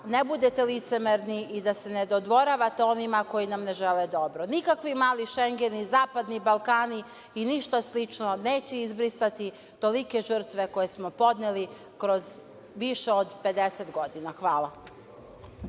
ne budete licemerni i da se ne dodvoravate onima koji nam ne žele dobro. Nikakvi mali „Šengeni“, zapadni Balkani i ništa slično neće izbrisati tolike žrtve koje smo podneli kroz više od 50 godina. Hvala.